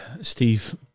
steve